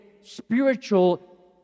spiritual